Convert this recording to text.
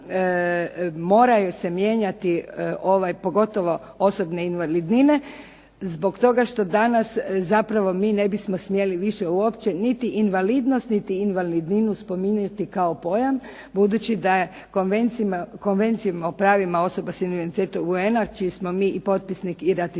moraju se mijenjati pogotovo osobne invalidnine zbog toga što danas zapravo mi ne bismo smjeli više uopće niti invalidnost niti invalidninu spominjati kao pojam budući da je Konvencijom o pravima osoba s invaliditetom UN-a čiji smo mi i potpisnik i ratificirali